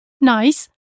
Nice